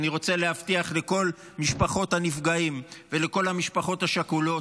ואני רוצה להבטיח לכל משפחות הנפגעים ולכל המשפחות השכולות,